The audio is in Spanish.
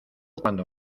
cuando